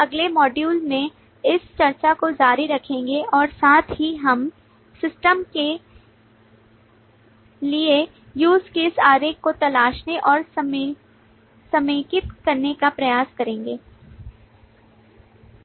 हम अगले मॉड्यूल में इस चर्चा को जारी रखेंगे और साथ ही हम LMS सिस्टम के लिए यूज़ केस आरेख को तलाशने और समेकित करने का प्रयास करेंगे